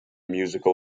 musical